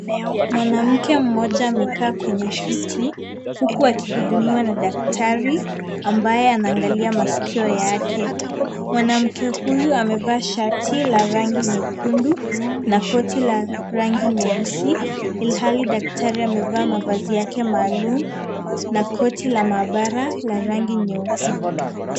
Mwanamke mmoja amekaa kwenye kiti huku akihudumiwa na daktari, ambaye anangalia masikio yake. Mwanamke huyu amevaa shati la rangi nyekundu na koti la rangi nyeusi, ilhali daktari amevaa mavazi yake maalum na koti la maabara la rangi nyeupe.